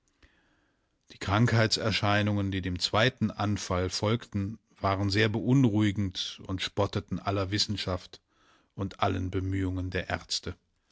die krankheitserscheinungen die dem zweiten anfall folgten waren sehr beunruhigend und spotteten aller wissenschaft und allen bemühungen der ärzte